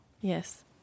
Yes